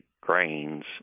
grains